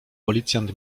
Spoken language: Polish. policjant